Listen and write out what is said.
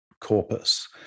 corpus